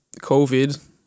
COVID